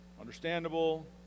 Understandable